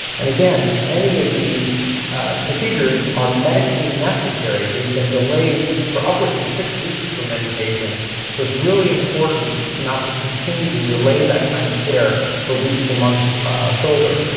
and again many of these procedures are medically necessary. they've been delayed for upwards of six weeks for many patients so it's really important to not to continue to delay that kind of care for weeks or months further.